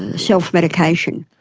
and self-medication.